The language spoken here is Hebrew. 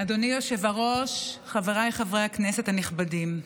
אדוני היושב-ראש, חבריי חברי הכנסת הנכבדים,